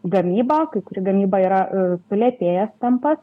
gamyba kai kur gamyba yra sulėtėjęs tempas